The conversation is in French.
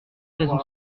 raison